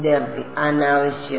വിദ്യാർത്ഥി അനാവശ്യം